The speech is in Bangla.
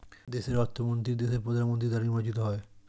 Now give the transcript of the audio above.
দেশের অর্থমন্ত্রী দেশের প্রধানমন্ত্রী দ্বারা নির্বাচিত হয়